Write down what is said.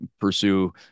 pursue